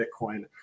Bitcoin